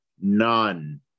None